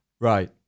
Right